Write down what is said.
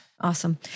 Awesome